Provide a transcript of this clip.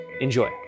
Enjoy